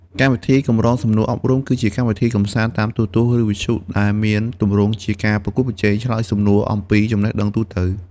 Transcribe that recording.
កម្មវិធីកម្រងសំណួរអប់រំ គឺជាកម្មវិធីកម្សាន្តតាមទូរទស្សន៍ ឬវិទ្យុ ដែលមានទម្រង់ជាការប្រកួតប្រជែងឆ្លើយសំណួរអំពីចំណេះដឹងទូទៅ។